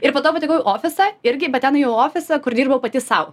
ir po to patekau į ofisą irgi bet ten į ofisą kur dirbau pati sau